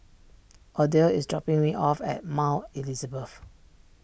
Odell is dropping me off at Mount Elizabeth